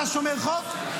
אתה שומר חוק?